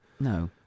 No